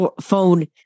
phone